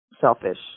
selfish